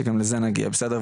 שגם לזה נגיע בסדר?